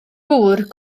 gŵr